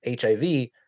HIV